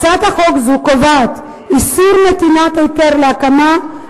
הצעת החוק הזאת קובעת איסור נתינת היתר להקמה,